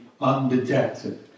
undetected